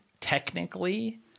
technically